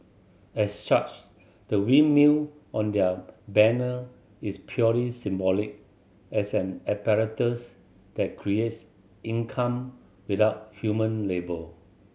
as such the windmill on their banner is purely symbolic as an apparatus that creates income without human labour